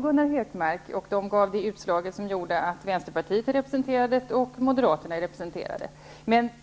Gunnar Hökmark, demokratiska val, och de har gett utslaget att både Vänsterpartiet och Moderaterna är representerade.